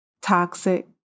toxic